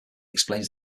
explains